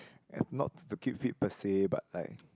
and not to to keep fit per say but like